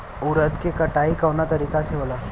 उरद के कटाई कवना तरीका से होला?